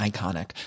Iconic